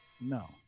No